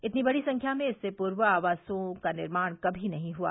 इतनी बड़ी संख्या में इससे पूर्व आवासों का निर्माण कभी नहीं हुआ